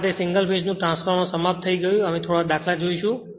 આ સાથે single phase નું ટ્રાન્સફોર્મર સમાપ્ત થઈ ગયું છે અને થોડા દાખલા જોશું